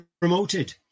promoted